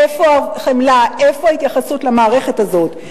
איפה החמלה, איפה ההתייחסות למערכת הזאת?